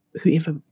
whoever